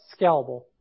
scalable